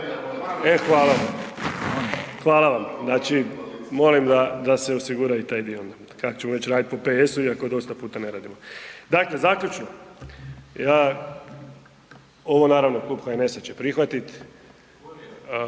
Hvala vam. Znači, molim da, da se osigura i taj dio ak ćemo već radit po PS-u iako dosta puta ne radimo. Dakle zaključno, ja, ovo naravno Klub HNS-a će prihvatit.